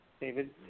David